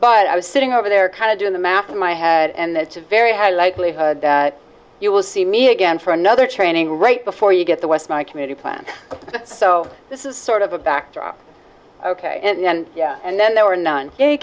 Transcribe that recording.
but i was sitting over there kind of doing the math in my head and that's a very high likelihood that you will see me again for another training right before you get the west my committee planned so this is sort the backdrop ok and yeah and then there were